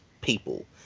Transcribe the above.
People